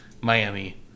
Miami